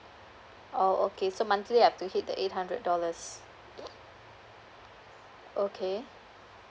oh okay so monthly I have to hit the eight hundred dollars okay